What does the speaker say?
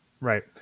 Right